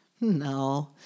No